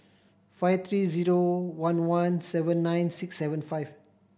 five three zero one one seven nine six seven five